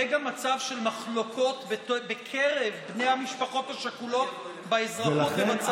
וגם יהיה מצב של מחלוקות בקרב בני המשפחות השכולות באזרחות ובצבא,